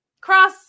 Cross